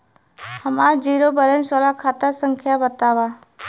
हमार zero balance वाला खाता संख्या वतावा?